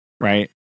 right